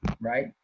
right